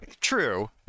True